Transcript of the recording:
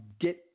get